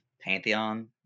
pantheon